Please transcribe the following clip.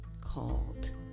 called